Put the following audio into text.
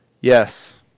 Yes